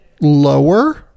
lower